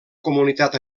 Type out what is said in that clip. comunitat